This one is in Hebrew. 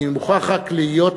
אני מוכרח רק להיות,